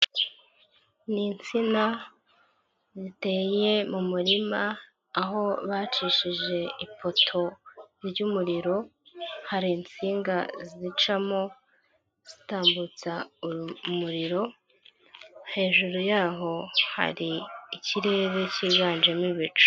Ni insina ziteye mu murima, aho bacishije ipoto ry'umuriro, hari insinga zicamo zitambutsa umuriro, hejuru yaho hari ikirere cyiganjemo ibicu.